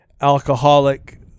alcoholic